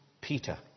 Peter